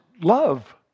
love